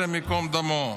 השם ייקום דמו.